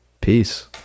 peace